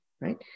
right